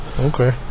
Okay